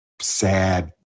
sad